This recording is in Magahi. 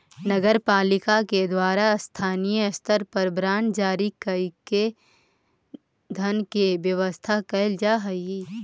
नगर पालिका के द्वारा स्थानीय स्तर पर बांड जारी कईके धन के व्यवस्था कैल जा हई